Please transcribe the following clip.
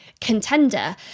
contender